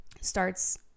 starts